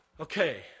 okay